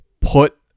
put